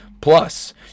Plus